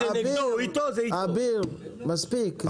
אביר, אביר, מספיק.